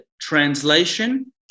translation